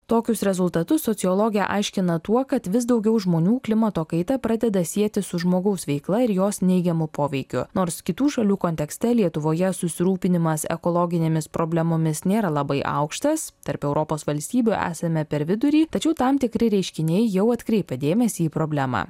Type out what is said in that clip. tokius rezultatus sociologė aiškina tuo kad vis daugiau žmonių klimato kaitą pradeda sieti su žmogaus veikla ir jos neigiamu poveikiu nors kitų šalių kontekste lietuvoje susirūpinimas ekologinėmis problemomis nėra labai aukštas tarp europos valstybių esame per vidurį tačiau tam tikri reiškiniai jau atkreipė dėmesį į problemą